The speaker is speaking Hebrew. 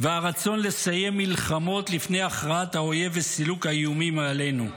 והרצון לסיים מלחמות לפני הכרעת האויב וסילוק האיומים עלינו?